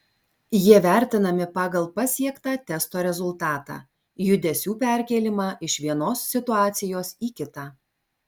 jie vertinami pagal pasiektą testo rezultatą judesių perkėlimą iš vienos situacijos į kitą